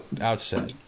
outset